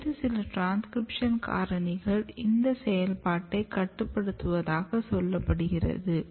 வேறு சில ட்ரான்ஸகிரிப்ஷன் காரணிகள் இந்த செயல்பாட்டை கட்டுப்படுத்துவதாக சொல்லப்படுகிறது